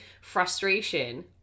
Frustration